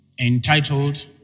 entitled